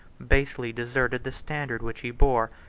basely deserted the standard which he bore,